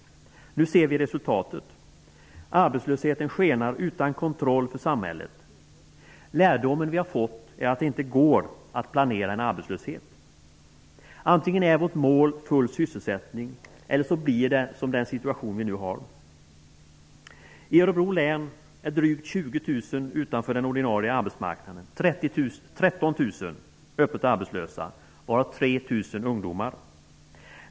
Nu ser vi resultatet. Arbetslösheten skenar utan kontroll för samhället. Lärdomen vi har fått är att det inte går att planera en arbetslöshet. Antingen är vårt mål full sysselsättning eller så blir det som den situation vi nu har. I Örebro län är drygt 20 000 utanför den ordinarie arbetsmarknaden. 13 000 är öppet arbetslösa, varav 3 000 ungdomar.